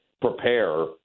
prepare